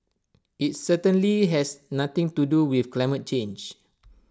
IT certainly has nothing to do with climate change